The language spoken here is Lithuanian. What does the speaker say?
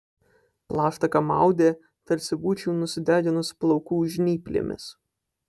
plaštaką maudė tarsi būčiau nusideginus plaukų žnyplėmis